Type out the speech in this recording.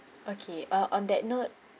okay uh on that note